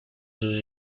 sus